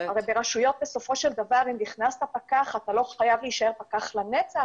ברשויות גם בסופו של דבר אם נכנסת פקח אתה לא חייב להישאר פקח לנצח,